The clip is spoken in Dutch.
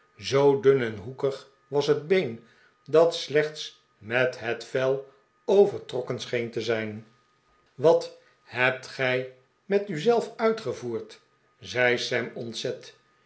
zoo dun en hoekig was het been dat slechts met het vel overtrokken scheen te zijn wat hebt gij met u zelf uitgevoerd zei sam ontzet